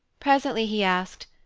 presently he asked,